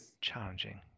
Challenging